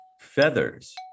Feathers